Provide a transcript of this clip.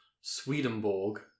Swedenborg